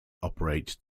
operate